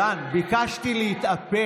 חבר הכנסת גולן, ביקשתי להתאפק.